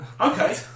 Okay